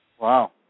Wow